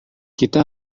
kita